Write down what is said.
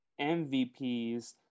MVPs